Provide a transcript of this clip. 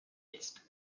disk